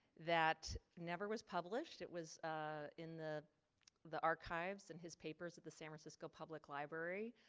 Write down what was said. that never was published. it was ah in the the archives and his papers at the san francisco public library,